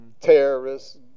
terrorists